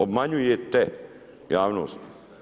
Obmanjujete javnost.